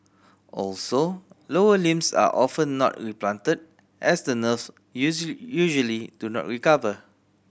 also lower limbs are often not replanted as the nerves usually do not recover